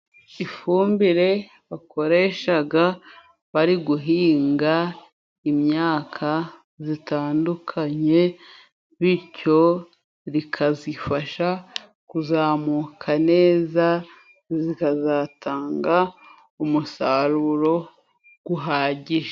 Ifumbire bakoreshaga bari guhinga imyaka zitandukanye, bityo rikazifasha kuzamuka neza zikazatanga umusaruro guhagije.